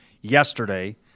yesterday